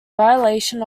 violation